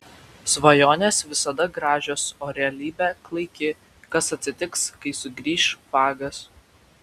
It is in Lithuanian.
svajonės visada gražios o realybė klaiki kas atsitiks kai sugrįš fagas